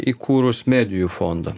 įkūrus medijų fondą